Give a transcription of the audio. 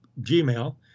Gmail